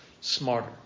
smarter